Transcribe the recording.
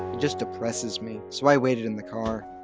just depresses me. so i waited in the car.